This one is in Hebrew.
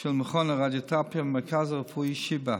של מכון הרדיותרפיה במרכז הרפואי שיבא.